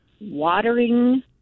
watering